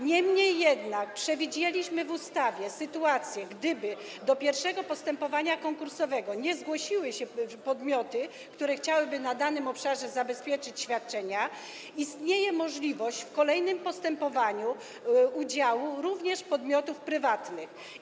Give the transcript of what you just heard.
Niemniej jednak przewidzieliśmy w ustawie taką sytuację: gdyby do pierwszego postępowania konkursowego nie zgłosiły się podmioty, które chciałyby na danym obszarze zabezpieczyć świadczenia, będzie istniała możliwość udziału w kolejnym postępowaniu również podmiotów prywatnych.